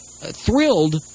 thrilled